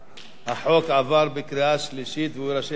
החוק עבר בקריאה שלישית, והוא יירשם בספר החוקים.